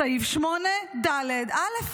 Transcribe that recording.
סעיף 8ד. (א):